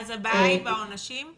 אז הבעיה היא בענישה רק?